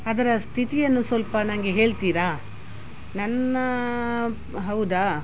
ಅದರ ಸ್ಥಿತಿಯನ್ನು ಸ್ವಲ್ಪ ನನಗೆ ಹೇಳ್ತೀರಾ ನನ್ನ ಹೌದಾ